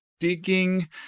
digging